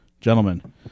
Gentlemen